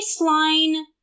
baseline